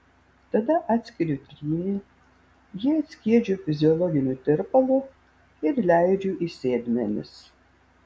tada atskiriu trynį jį atskiedžiu fiziologiniu tirpalu ir leidžiu į sėdmenis